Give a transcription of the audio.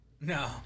No